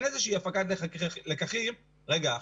אין איזושהי הפקת לקחים שרגע,